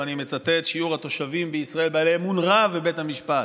ואני מצטט: שיעור התושבים בישראל בעלי אמון רב בבית המשפט,